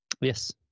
Yes